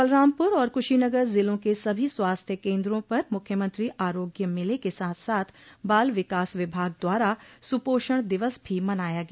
बलरामपुर और कुशीनगर ज़िलों के सभी स्वास्थ्य केन्द्रों पर मुख्यमंत्री आरोग्य मेले के साथ साथ बाल विकास विभाग द्वारा सुपोषण दिवस भी मनाया गया